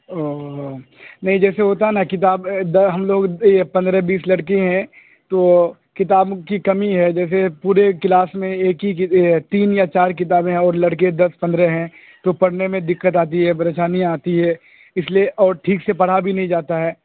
اوہ نہیں جیسے ہوتا ہے نا کتاب ہم لوگ پندرہ بیس لڑکے ہیں تو کتاب کی کمی ہے جیسے پورے کلاس میں ایک ہی تین یا چار کتابیں ہیں اور لڑکے دس پندرہ ہیں تو پڑھنے میں دقت آتی ہے پریشانی آتی ہے اس لیے اور ٹھیک سے پڑھا بھی نہیں جاتا ہے